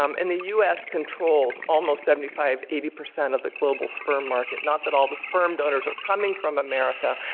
um and the u s. controls almost seventy five, eighty percent of the global sperm market. not that all the sperm donors are coming from america,